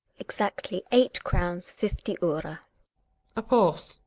exactly eight crowns, fifty ore. a pause.